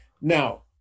now